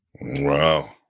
Wow